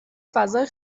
فضای